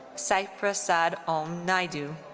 saiprasad om naidu.